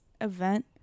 event